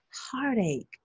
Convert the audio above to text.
heartache